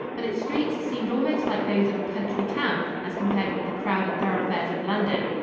but its streets seemed almost like those of a country town as compared with the crowded thoroughfares of london.